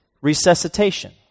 resuscitation